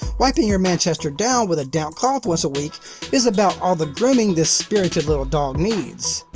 wiping your manchester down with a damp cloth once a week is about all the grooming this spirited little dog needs.